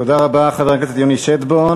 תודה רבה, חבר הכנסת יוני שטבון.